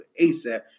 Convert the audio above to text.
ASAP